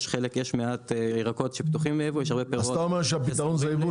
יש מעט ירקות שפתוחים לייבוא --- אז אתה אומר שהפתרון הוא ייבוא.